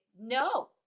no